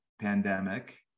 Pandemic